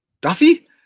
Duffy